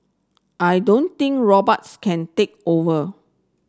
I don't think robots can take over